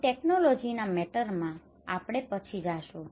આની ટેક્નૉલૉજીકલ મેટરમાં technological matter તકનીકી બાબત આપણે પછી જઈશું